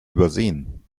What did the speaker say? übersehen